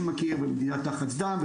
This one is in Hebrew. בדיקת לחץ דם,